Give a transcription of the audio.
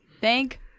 Thank